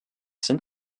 sind